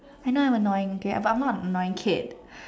I know I am annoying okay but I am not an annoying kid